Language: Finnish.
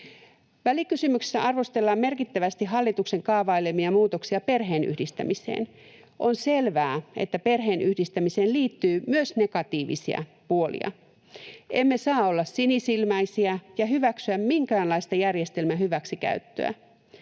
Välikysymyksessä arvostellaan merkittävästi hallituksen kaavailemia muutoksia perheenyhdistämiseen. On selvää, että perheenyhdistämiseen liittyy myös negatiivisia puolia. Emme saa olla sinisilmäisiä ja hyväksyä minkäänlaista järjestelmän hyväksikäyttöä.